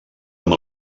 amb